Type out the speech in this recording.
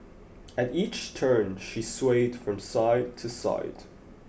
at each turn she swayed from side to side